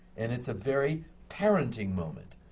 and it's a very parenting moment.